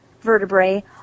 vertebrae